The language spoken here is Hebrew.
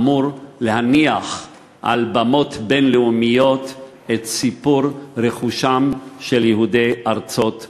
האמור להניח על במות בין-לאומיות את סיפור רכושם של יהודי ארצות ערב.